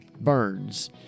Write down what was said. Burns